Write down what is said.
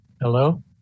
Hello